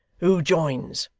who joins